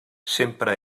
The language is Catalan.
sempre